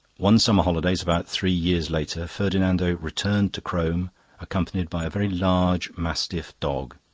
one summer holidays about three years later ferdinando returned to crome accompanied by a very large mastiff dog.